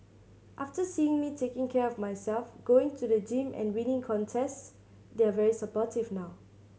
after seeing me taking care of myself going to the gym and winning contests they're very supportive now